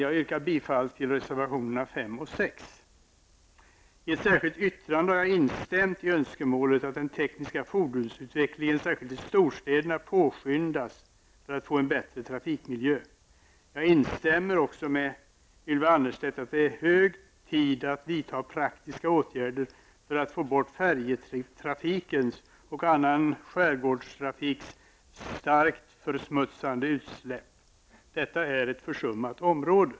Jag yrkar bifall till reservationerna 5 I ett särskilt yttrande har jag instämt i önskemålet att den tekniska fordonsutvecklingen särskilt i storstäderna påskyndas för att man skall få en bättre trafikmiljö. Jag instämmer med Ylva Annerstedt, att det är hög tid att vidta praktiska åtgärder för att få bort färjetrafikens och annan skärgårdstrafiks starkt försmutsande utsläpp. Detta är ett försummat område.